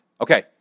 Okay